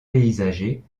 paysager